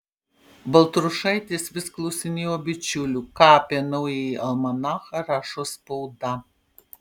baltrušaitis vis klausinėjo bičiulių ką apie naująjį almanachą rašo spauda